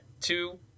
Two